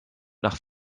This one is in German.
nach